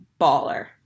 baller